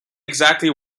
exactly